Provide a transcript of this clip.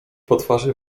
twarzy